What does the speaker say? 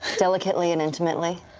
delicately and intimately.